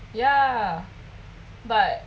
ya but